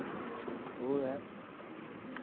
ओह् ऐ